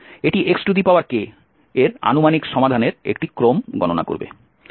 এটি x এর আনুমানিক সমাধানের একটি ক্রম গণনা করবে